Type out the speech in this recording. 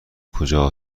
کجا